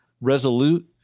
resolute